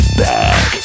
back